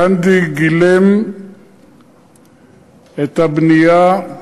גנדי גילם את הבנייה,